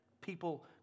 people